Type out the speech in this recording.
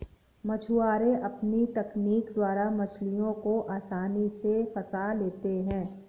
मछुआरे अपनी तकनीक द्वारा मछलियों को आसानी से फंसा लेते हैं